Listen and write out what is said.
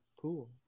cool